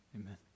amen